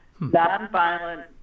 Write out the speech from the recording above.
nonviolent